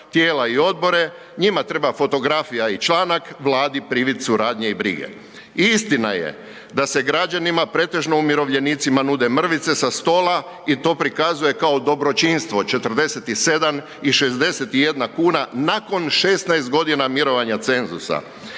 tijela i odbore. Njima treba fotografija i članak, Vladi privid suradnje i brige. Istina je da se građanima pretežno umirovljenicima nude mrvice sa stola i to prikazuje kao dobročinstvo 47 i 61 kuna nakon 16 godina mirovanja cenzusa.